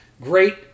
great